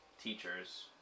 teachers